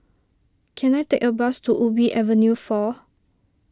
can I take a bus to Ubi Avenue four